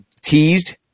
teased